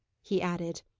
he added.